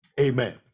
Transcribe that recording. amen